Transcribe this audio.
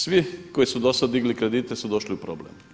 Svi koji su do sada digli kredite su došli u problem.